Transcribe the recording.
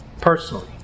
personally